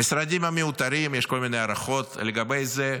המשרדים המיותרים, יש כל מיני הערכות לגבי זה,